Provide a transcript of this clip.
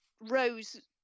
rose